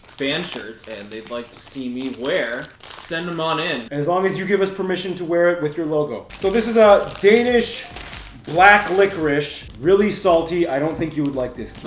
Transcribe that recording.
fan shirts and they'd like to see me wear send them on in as long as you give us permission to wear it with your logo. so this is a danish black licorice really salty. i don't think you would like this no,